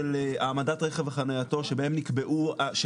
העזר ראש הרשות יש לו סמכות לקבוע.